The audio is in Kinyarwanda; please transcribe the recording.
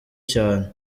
cyane